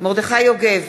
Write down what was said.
מרדכי יוגב,